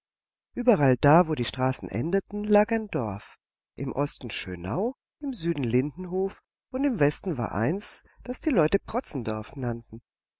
überall da wo die straßen endeten lag ein dorf im osten schönau im süden lindendorf und im westen war eins das die leute protzendorf nannten